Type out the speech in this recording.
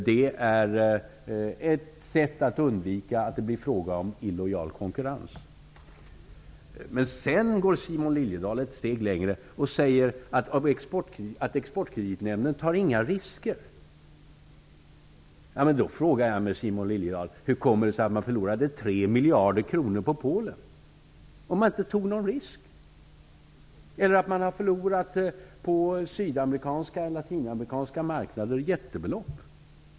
Det är ett sätt att undvika illojal konkurrens. Sedan går Simon Liliedahl ett steg längre och säger att Exportkreditnämnden inte tar några risker. Då frågar jag mig, Simon Liliedahl, hur det kommer sig att de förlorade 3 miljarder kronor i Polen. Hur kommer det sig att de har förlorat jättebelopp på sydamerikanska och latinamerikanska marknader?